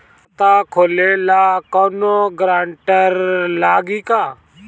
खाता खोले ला कौनो ग्रांटर लागी का?